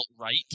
right